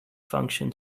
function